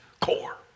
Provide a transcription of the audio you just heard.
core